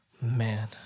Man